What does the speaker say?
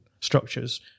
structures